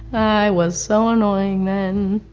i was so annoying then.